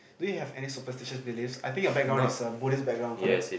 do you have any superstitious beliefs I think your background is a buddhist background correct